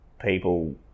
people